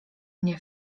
mnie